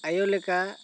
ᱟᱭᱳ ᱞᱮᱠᱟ